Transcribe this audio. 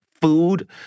food